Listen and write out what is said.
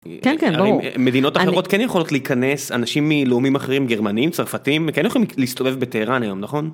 כן כן ברור, מדינות אחרות כן יכולת להיכנס אנשים מלאומים אחרים גרמנים צרפתים כן יכולים להסתובב בטהרן היום, נכון?